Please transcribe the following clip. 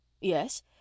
Yes